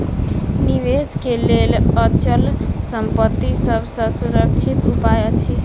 निवेश के लेल अचल संपत्ति सभ सॅ सुरक्षित उपाय अछि